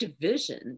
division